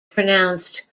pronounced